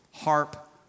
harp